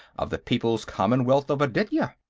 of the people's commonwealth of aditya!